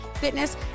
fitness